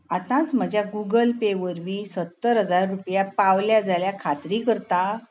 आतांच म्हज्या Google Pay वरवीं सत्तर हजार रुपया पावल्या जाल्यार खात्री करता